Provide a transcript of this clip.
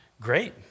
great